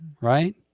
right